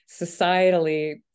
societally